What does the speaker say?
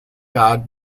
garde